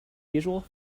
usual